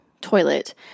toilet